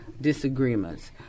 disagreements